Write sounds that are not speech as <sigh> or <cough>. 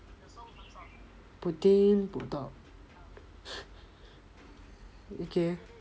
put in put out <laughs> okay